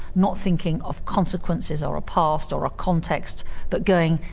not thinking of consequences or a past or a context but going.